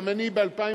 גם אני ב-2003,